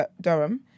Durham